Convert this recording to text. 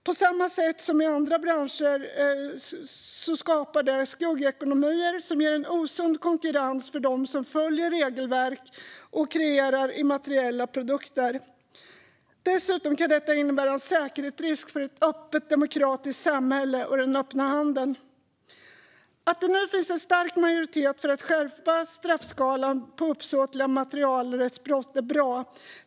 På samma sätt som i andra branscher skapar det skuggekonomier som ger en osund konkurrens för dem som följer regelverk och kreerar immateriella produkter. Dessutom kan detta innebära en säkerhetsrisk för ett öppet demokratiskt samhälle och den öppna handeln. Att det nu finns en stark majoritet för att skärpa straffskalan för uppsåtliga materialrättsbrott är bra.